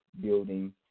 building